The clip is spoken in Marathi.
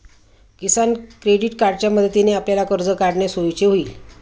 किसान क्रेडिट कार्डच्या मदतीने आपल्याला कर्ज काढणे सोयीचे होईल